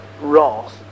wrath